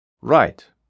Right